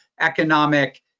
economic